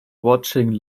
watching